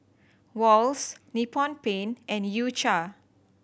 Wall's Nippon Paint and U Cha